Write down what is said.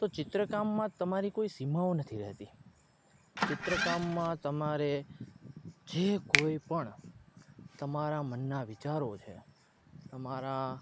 તો ચિત્રકામમાં તમારી કોઈ સીમાઓ નથી રહેતી ચિત્રકામમાં તમારે જે કોઈ પણ તમારા મનના વિચારો છે તમારા